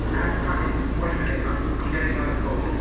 kind of wait a minute, um i'm getting another call.